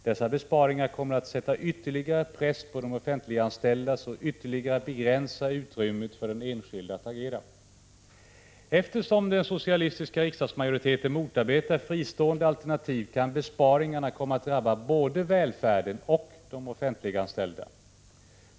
Dessa besparingar kommer att sätta ytterligare press på de offentliganställda och ytterligare begränsa utrymmet för den enskilde att agera. Eftersom den socialistiska riksdagsmajoriteten motarbetar fristående alternativ, kan besparingarna komma att drabba både välfärden och de offentliganställda.